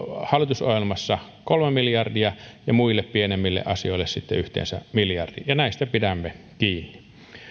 hallitusohjelmassa kolme miljardia ja muille pienemmille asioille yhteensä miljardi näistä pidämme kiinni